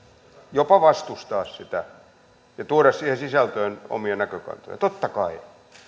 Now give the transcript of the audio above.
jopa vastustaa sitä ja tuoda siihen sisältöön omia näkökantoja totta kai